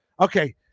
okay